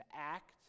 act